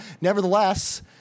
nevertheless